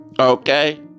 Okay